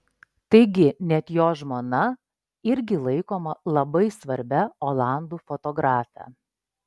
taigi net jo žmona irgi laikoma labai svarbia olandų fotografe